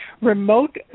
remote